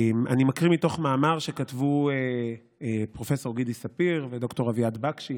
אני מקריא מתוך מאמר שכתבו פרופ' גידי ספיר וד"ר אביעד בקשי